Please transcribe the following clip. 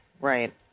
Right